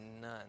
none